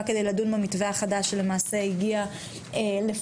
כדי לדון במתווה החדש שלמעשה הגיע לפנינו.